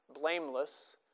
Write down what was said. blameless